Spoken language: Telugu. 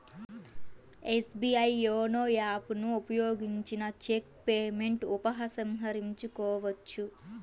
ఎస్బీఐ యోనో యాప్ ను ఉపయోగించిన చెక్ పేమెంట్ ఉపసంహరించుకోవచ్చు